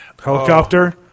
helicopter